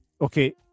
Okay